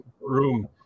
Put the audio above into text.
room